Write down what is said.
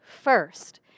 first